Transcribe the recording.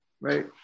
Right